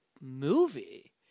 movie